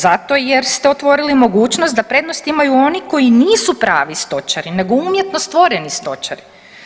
Zato jer ste otvorili mogućnost da prednost imaju oni koji nisu pravi stočari nego umjetno stvoreni stočari.